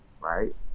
right